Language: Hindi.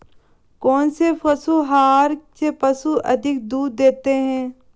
कौनसे पशु आहार से पशु अधिक दूध देते हैं?